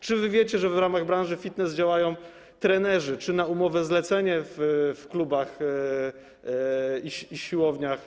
Czy wy wiecie, że w ramach branży fitness działają trenerzy pracujący na umowę zlecenie w klubach i siłowniach?